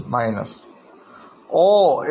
minus bank minus Creditors